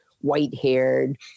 white-haired